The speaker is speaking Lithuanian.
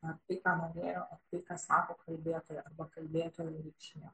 na tai ką norėjo tai ką sako kalbėtojai arba kalbėtojų reikšmė